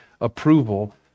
approval